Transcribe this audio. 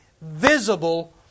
visible